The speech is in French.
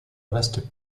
reste